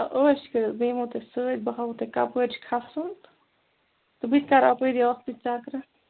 عٲش کٔرِتھ بہٕ یِمو تۄہہِ سۭتۍ بہٕ ہاوو تۄہہِ کَپٲرۍ چھِ کھسُن تہٕ بہٕ تہِ کَرٕ اَپٲرۍ آکھتُے چَکرا